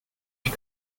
ich